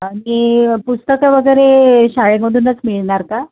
आणखी पुस्तकं वगैरे शाळेमधूनच मिळणार का